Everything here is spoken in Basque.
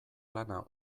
lana